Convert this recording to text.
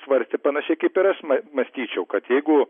svarstė panašiai kaip ir aš mąstyčiau kad jeigu